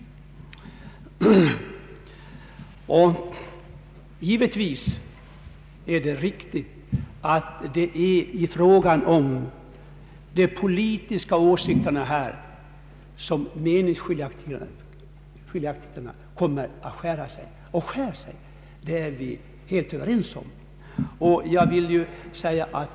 | Givetvis är det riktigt att det är i fråga om de politiska bedömningarna som meningarna skär sig.